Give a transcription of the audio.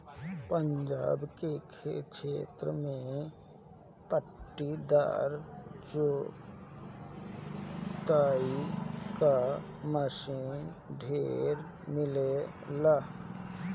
पंजाब के क्षेत्र में पट्टीदार जोताई क मशीन ढेर मिलेला